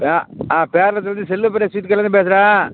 ஆ ஆ பேரளத்துலேருந்து cell sweet கடையிலேருந்து பேசுகிறேன்